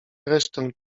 resztę